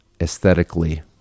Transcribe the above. aesthetically